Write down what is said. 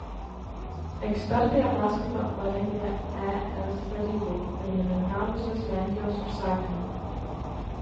ekspertai ataskaitą parengė es tarybai pirmininkavusios lenkijos užsakymu